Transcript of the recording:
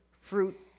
fruit